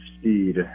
speed